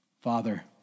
Father